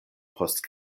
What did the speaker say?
post